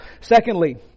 Secondly